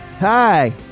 Hi